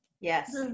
yes